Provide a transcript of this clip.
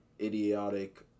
idiotic